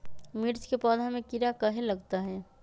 मिर्च के पौधा में किरा कहे लगतहै?